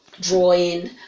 drawing